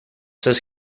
says